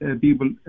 people